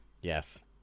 Yes